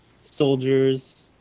Soldiers